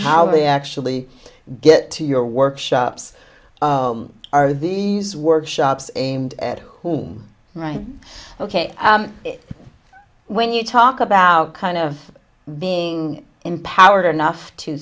how they actually get to your workshops are these workshops aimed at whom right ok when you talk about kind of being empowered enough to